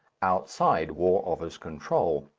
outside war office control.